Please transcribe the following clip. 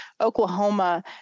Oklahoma